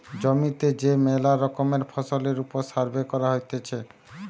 জমিতে যে মেলা রকমের ফসলের ওপর সার্ভে করা হতিছে